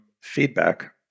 feedback